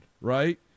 right